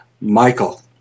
Michael